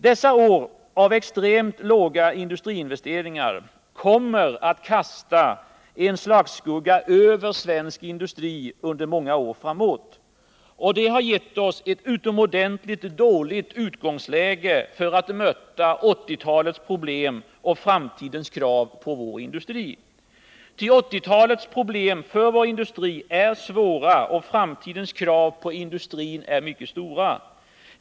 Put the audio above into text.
Dessa år av extremt låga industriinvesteringar kommer att kasta en slagskugga över svensk industri under många år framåt. Det har gett oss ett utomordentligt dåligt utgångsläge för att möta 1980-talets problem och framtidens krav på vår industri. 1980-talets problem för vår industri är svåra, och framtidens krav på industrin är mycket stora.